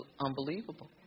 unbelievable